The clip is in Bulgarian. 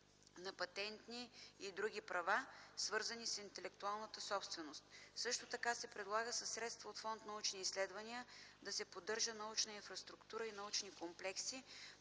на патентни и други права, свързани с интелектуалната собственост. Също така се предлага със средства от фонд „Научни изследвания” да се поддържа научна инфраструктура и научни комплекси;